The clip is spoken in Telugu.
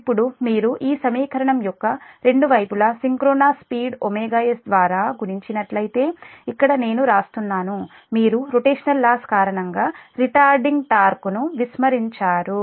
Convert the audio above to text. ఇప్పుడు మీరు ఈ సమీకరణం యొక్క రెండు వైపులా సింక్రోనస్ స్పీడ్ s ద్వారా గుణించి నట్లయితే ఇక్కడ నేను రాస్తున్నాను మీరు రోటేషనల్ లాస్ కారణంగా రిటార్డింగ్ టార్క్ను విస్మరించారు